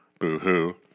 Boo-hoo